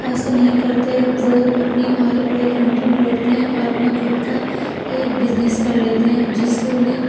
ایسا نہیں کرتے وہ اپنی آگے پڑھائی کنٹینیو رکھتے ہیں اور اپنا خود کا ایک بزنس کر لیتے ہیں جس سے انہیں